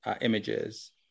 images